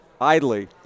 idly